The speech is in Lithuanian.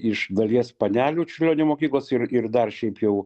iš dalies panelių čiurlionio mokyklos ir ir dar šiaip jau